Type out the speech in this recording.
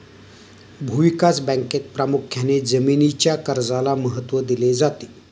भूविकास बँकेत प्रामुख्याने जमीनीच्या कर्जाला महत्त्व दिले जाते